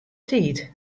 tiid